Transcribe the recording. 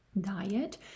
diet